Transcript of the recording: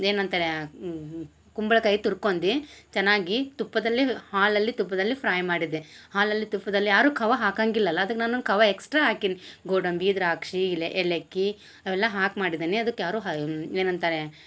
ಏನಂತಾರೆ ಕುಂಬ್ಳುಕಾಯಿ ತುರ್ಕೊಂದಿ ಚೆನ್ನಾಗಿ ತುಪ್ಪದಲ್ಲೆ ಹಾಲಲ್ಲಿ ತುಪ್ಪದಲ್ಲಿ ಫ್ರೈ ಮಾಡಿದ್ದೆ ಹಾಲಲ್ಲಿ ತುಪ್ಪದಲ್ಲಿ ಯಾರು ಖೋವ ಹಾಕಂಗೆ ಇಲ್ಲಲ ಅದಕ್ಕೆ ನಾನೊಂದು ಕವ ಎಕ್ಸ್ಟ್ರ ಹಾಕೀನಿ ಗೋಡಂಬಿ ದ್ರಾಕ್ಷಿ ಇಲೆ ಎಳ್ಳಕ್ಕಿ ಅವೆಲ್ಲ ಹಾಕಿ ಮಾಡಿದ್ದೇನೆ ಅದಕ್ಕೆ ಯಾರು ಹಾ ಏನಂತಾರೆ